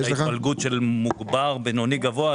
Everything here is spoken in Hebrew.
ההתפלגות של מוגבר, בינוני ומועט?